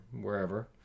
wherever